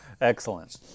Excellent